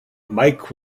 mike